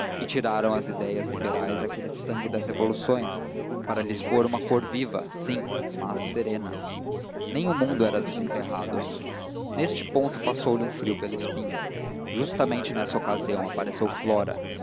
e tiraram às ideias liberais aquele sangue das revoluções para lhes pôr uma cor viva sim mas serena nem o mundo era dos emperrados neste ponto passou-lhe um frio pela espinha justamente nessa ocasião apareceu flora